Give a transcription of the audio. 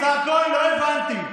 השר כהן, לא הבנתי.